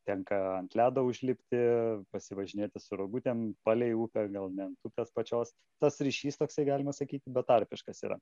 tenka ant ledo užlipti pasivažinėti su rogutėm palei upę gal ne ant upės pačios tas ryšys toksai galima sakyti betarpiškas yra